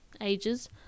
ages